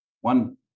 One